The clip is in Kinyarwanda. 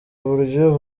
uburyo